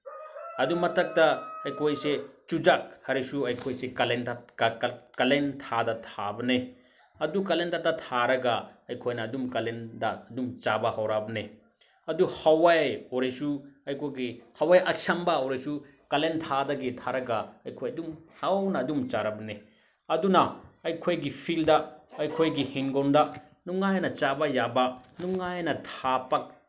ꯑꯗꯨ ꯃꯊꯛꯇ ꯑꯩꯈꯣꯏꯁꯦ ꯆꯨꯖꯥꯛ ꯍꯥꯏꯔꯁꯨ ꯑꯩꯈꯣꯏꯁꯦ ꯀꯥꯂꯦꯟ ꯊꯥ ꯀꯥꯂꯦꯟ ꯊꯥꯗ ꯊꯥꯕꯅꯦ ꯑꯗꯨ ꯀꯥꯂꯦꯟ ꯊꯥꯗ ꯊꯥꯔꯒ ꯑꯩꯈꯣꯏꯅ ꯑꯗꯨꯝ ꯀꯥꯂꯦꯟꯗ ꯑꯗꯨꯝ ꯆꯥꯕ ꯍꯧꯔꯛꯑꯕꯅꯦ ꯑꯗꯨ ꯍꯋꯥꯏ ꯑꯣꯏꯔꯁꯨ ꯑꯩꯈꯣꯏꯒꯤ ꯍꯋꯥꯏ ꯑꯁꯥꯡꯕ ꯑꯣꯏꯔꯁꯨ ꯀꯥꯂꯦꯟ ꯊꯥꯗꯒꯤ ꯊꯥꯔꯒ ꯑꯩꯈꯣꯏ ꯑꯗꯨꯝ ꯍꯥꯎꯅ ꯑꯗꯨꯝ ꯆꯥꯔꯕꯅꯦ ꯑꯗꯨꯅ ꯑꯩꯈꯣꯏꯒꯤ ꯐꯤꯜꯗ ꯑꯩꯈꯣꯏꯒꯤ ꯏꯪꯈꯣꯜꯗ ꯅꯨꯡꯉꯥꯏꯅ ꯆꯥꯕ ꯌꯥꯕ ꯅꯨꯡꯉꯥꯏꯅ ꯊꯥꯄ